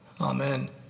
Amen